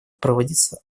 проводиться